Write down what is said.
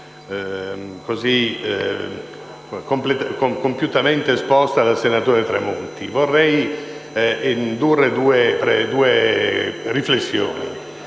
così compiutamente esposta dal senatore Tremonti. Vorrei indurre due riflessioni.